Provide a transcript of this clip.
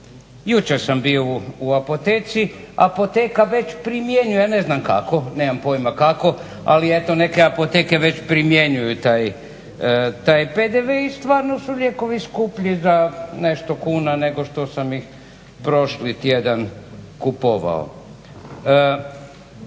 Jučer sam bio u apoteci, apoteka već primjenjuje, ja ne znam kako, nemam pojma kako ali eto neke apoteke već primjenjuju taj PDV i stvarno su lijekovi skuplji za nešto kuna nego što sam ih prošli tjedan kupovao.